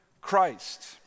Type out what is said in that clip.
Christ